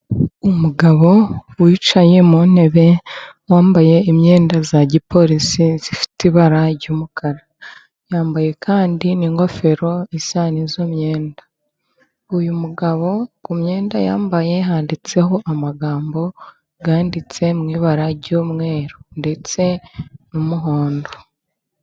Umugabo wicaye mu ntebe yambaye imyenda ya giporisi, Ifite ibara ry'umukara. Yambaye kandi n'ingofero isa n'izo myenda. Uyu mugabo ku myenda yambaye handitseho amagambo yanditse mu ibara ry'umweru ndetse n'umuhondo.